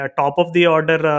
top-of-the-order